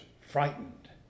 frightened